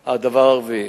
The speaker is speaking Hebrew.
ייחודיים, הדבר הרביעי,